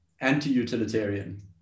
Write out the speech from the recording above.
anti-utilitarian